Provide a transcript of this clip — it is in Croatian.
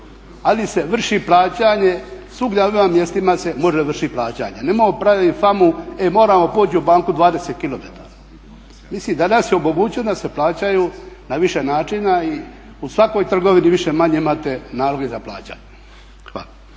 Ali se vrši plaćanje svugdje na kojima se može vršiti plaćanje. Nemojmo praviti famu e moramo poći u banku 20 kilometara. Mislim danas je omogućeno da se plaćaju na više načina i u svakoj trgovini više-manje imate naloge za plaćanje. Hvala.